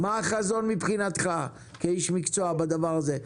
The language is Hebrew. מה החזון מבחינתך כאיש מקצוע בתחום הזה?